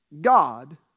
God